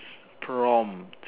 prompt